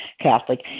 Catholic